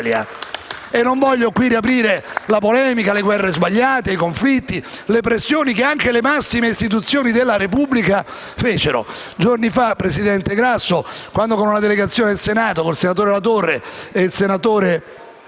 Non voglio qui riaprire la polemica sulle guerre sbagliate, i conflitti e le pressioni che anche le massime istituzioni della Repubblica fecero. Giorni fa, presidente Grasso, quando con una delegazione del Senato, con il senatore Latorre ed il senatore